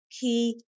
key